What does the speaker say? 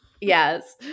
Yes